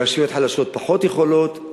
רשויות חלשות פחות יכולות,